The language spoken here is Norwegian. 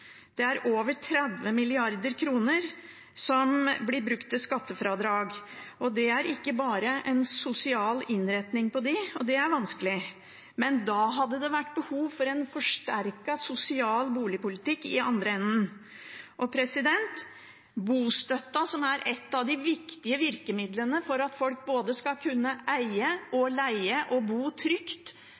Det er over 30 mrd. kr som blir brukt til skattefradrag, og det er ikke bare en sosial innretning på dem – og det er vanskelig, men da hadde det vært behov for en forsterket sosial boligpolitikk i den andre enden. Bostøtten, som er et av de viktige virkemidlene for at folk både skal kunne eie, leie og bo trygt,